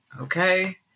okay